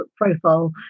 profile